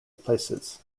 places